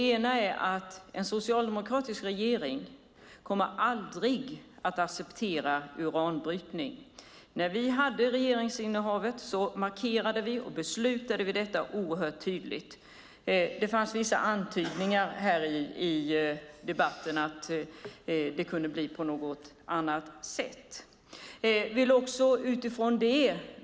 En socialdemokratisk regering kommer aldrig att acceptera uranbrytning. När vi hade regeringsinnehavet markerade vi detta oerhört tydligt och beslutade om det. Det fanns vissa antydningar i debatten om att det kunde bli på något annat sätt.